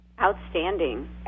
outstanding